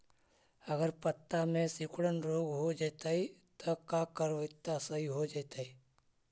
अगर पत्ता में सिकुड़न रोग हो जैतै त का करबै त सहि हो जैतै?